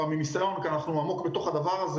מניסיון, כי אנחנו עמוק בתוך זה.